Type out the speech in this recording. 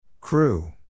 Crew